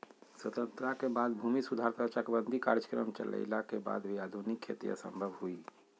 स्वतंत्रता के बाद भूमि सुधार तथा चकबंदी कार्यक्रम चलइला के वाद भी आधुनिक खेती असंभव हई